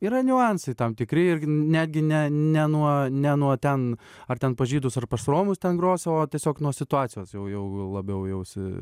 yra niuansai tam tikri ir netgi ne ne nuo ne nuo ten ar ten pas žydus ar pas romus ten grosi o tiesiog nuo situacijos jau jau labiau jausi